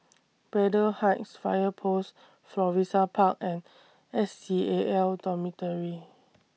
Braddell Heights Fire Post Florissa Park and S C A L Dormitory